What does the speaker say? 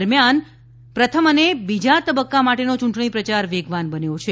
દરમ્યાન પ્રથમ અને બીજા તબક્કા માટેનો ચૂંટણી પ્રચાર વેગવાન બન્યો છે